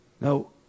No